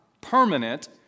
permanent